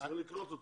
צריך לקנות אותו.